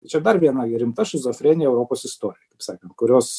čia dar viena rimta šizofrenija europos istorijoj taip sakant kurios